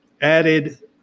added